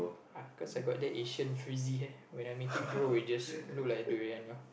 I've cause I got the Asian frizzy hair when I make it grow it just looks like durian ah